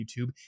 YouTube